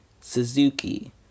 Suzuki